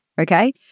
Okay